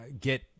get